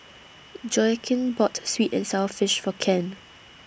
Joaquin bought Sweet and Sour Fish For Ken